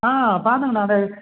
ஆ பார்த்தங்கண்ணா அந்த